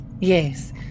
Yes